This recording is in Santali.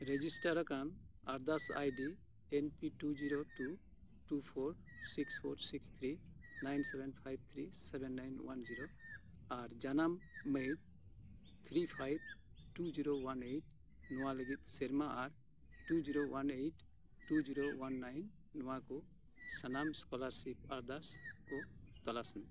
ᱨᱮᱡᱤᱥᱴᱟᱨ ᱟᱠᱟᱱ ᱟᱨᱫᱟᱥ ID N P two zero two two four six four six three nine seven five three seven nine one zero ᱟᱨ ᱡᱟᱱᱟᱢ ᱢᱟᱹᱦᱤᱛ three five two zero one eight ᱱᱚᱣᱟ ᱞᱟᱹᱜᱤᱫ ᱥᱮᱨᱢᱟ ᱟᱨ two zero one eight two zero one nine ᱱᱚᱣᱟ ᱠᱚ ᱥᱟᱱᱟᱢ ᱥᱠᱚᱞᱟᱨᱥᱤᱯ ᱟᱨᱫᱟᱥ ᱠᱚ ᱛᱚᱞᱟᱥ ᱢᱮ